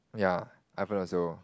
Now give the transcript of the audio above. ya iPhone also